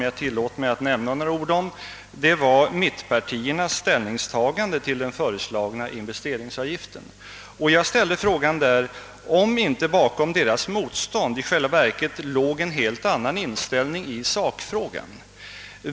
Jag tillät mig säga några ord om mittpartier nas ställningstagande till den föreslagna investeringsavgiften, som kommer upp på dagordningen litet senare, och jag ställde frågan, om inte bakom deras motstånd i själva verket låg en helt annan inställning i sakfrågan.